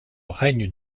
règne